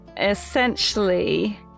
essentially